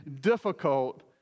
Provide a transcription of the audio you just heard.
difficult